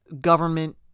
government